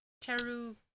Teru